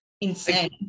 insane